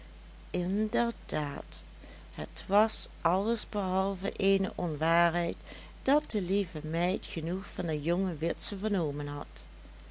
inderdaad het was alles behalve eene onwaarheid dat de lieve meid genoeg van den jongen witse vernomen had